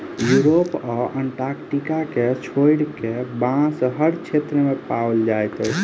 Europe आ Antarctica के छोइड़ कअ, बांस हर क्षेत्र में पाओल जाइत अछि